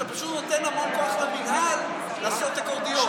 אתה פשוט נותן המון כוח למינהל לעשות אקורדיון.